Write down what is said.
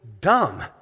dumb